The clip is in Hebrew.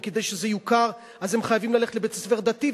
וכדי שזה יוכר הם חייבים ללכת לבית-ספר דתי,